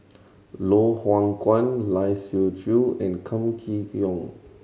Loh Hoong Kwan Lai Siu Chiu and Kam Kee Yong